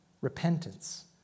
repentance